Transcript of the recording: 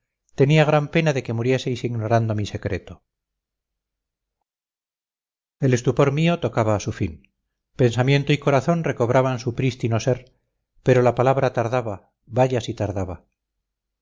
tenía gran pena de que murieseis ignorando mi secreto el estupor mío tocaba a su fin pensamiento y corazón recobraban su prístino ser pero la palabra tardaba vaya si tardaba